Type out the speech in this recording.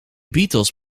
beatles